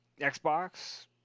Xbox